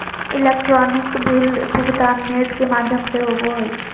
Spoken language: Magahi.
इलेक्ट्रॉनिक बिल भुगतान नेट के माघ्यम से होवो हइ